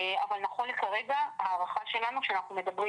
אבל נכון לכרגע ההערכה שלנו שאנחנו מדברים